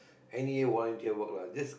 n_e_a volunteer work lah just